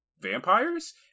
vampires